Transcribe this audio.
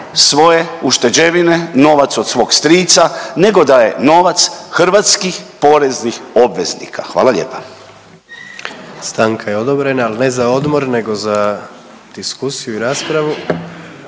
svoje ušteđevine, novac od svog strica, nego daje novac hrvatskih poreznih obveznika. Hvala lijepa.